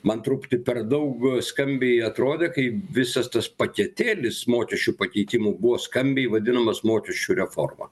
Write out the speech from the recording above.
man truputį per daug skambiai atrodė kai visas tas paketėlis mokesčių pakeitimų buvo skambiai vadinamas mokesčių reforma